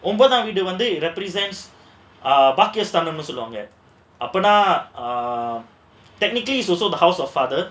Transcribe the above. ஒன்பதாம் வீடு வந்து:onbathaam veedu vandhu it represents err பாக்கியஸ்தன்னு சொல்வாங்க அப்போனா:bagyasthanu solvaanga apdinaa err technically is also the house of father